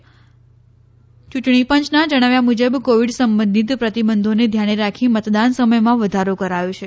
યૂંટણી પંચના જણાવ્યા મુજબ કોવિડ સંબંધિત પ્રતિબંધોને ધ્યાને રાખી મતદાન સમયમાં વધારો કરાયો છે